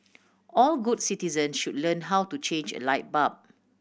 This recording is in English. all good citizen should learn how to change a light bulb